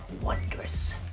Wondrous